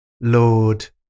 Lord